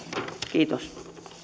kiitos